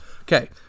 Okay